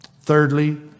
Thirdly